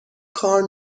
کار